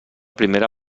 primera